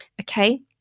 okay